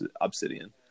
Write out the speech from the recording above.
Obsidian